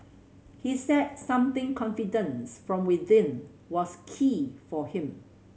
he said something confidence from within was key for him